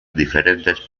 diferentes